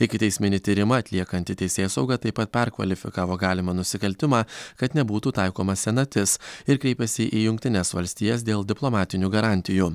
ikiteisminį tyrimą atliekanti teisėsauga taip pat perkvalifikavo galimą nusikaltimą kad nebūtų taikoma senatis ir kreipėsi į jungtines valstijas dėl diplomatinių garantijų